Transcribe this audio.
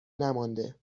نمانده